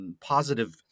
positive